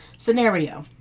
Scenario